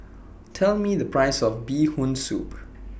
Tell Me The Price of Bee Hoon Soup